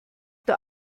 der